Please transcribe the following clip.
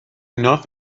enough